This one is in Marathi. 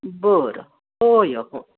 बरं होय हो